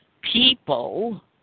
people